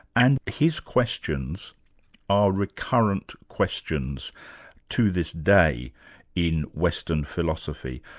and his questions are recurrent questions to this day in western philosophy.